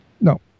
No